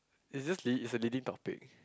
it's just la~ it's a lady topic